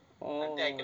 oh